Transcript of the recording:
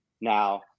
Now